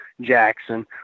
Jackson